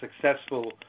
successful